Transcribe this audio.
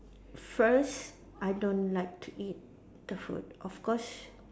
first I don't like to eat the food of course